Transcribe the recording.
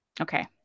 Okay